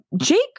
Jake